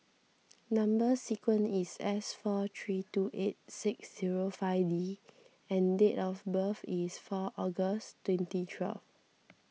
Number Sequence is S four three two eight six zero five D and date of birth is four August twenty twelve